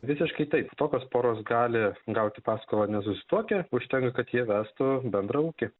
visiškai taip tokios poros gali gauti paskolą nesusituokę užtenka kad jie vestų bendrą ūkį